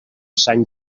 sant